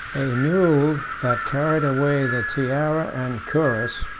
a mule that carried away the tiara and cuirass,